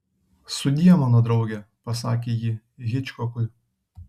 sudie mano drauge pasakė ji hičkokui